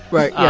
right. yeah.